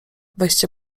weźcie